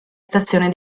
stazione